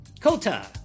Kota